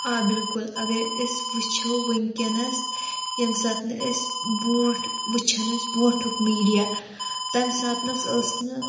آ بِلکُل اگرے أسۍ وٕچھو وٕنۍکٮ۪نَس ییٚمہِ سات نہٕ أسۍ برٛونٛٹھ وٕچھان أسۍ برٛونٛٹھُک میٖڈیا تَمہِ ساتنَس ٲس نہٕ